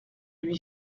lui